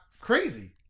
crazy